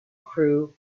crew